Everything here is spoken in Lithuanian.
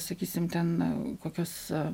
sakysim ten kokius